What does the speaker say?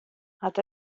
hat